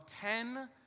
ten